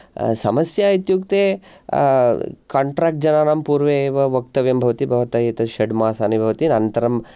समस्या इत्युक्ते कान्ट्रेक्ट् जनानां पुर्वे एव वक्तव्यं भवति भवतः एतत् षड्मासानि भवति अनन्तरं